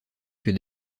que